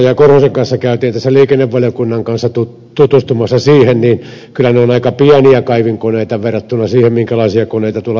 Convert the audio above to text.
korhosen kanssa kävimme liikennevaliokunnan kanssa tutustumassa siihen niin kyllä ne ovat aika pieniä kaivinkoneita verrattuna siihen minkälaisia koneita tuolla talvivaarassa on